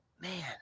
man